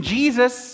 Jesus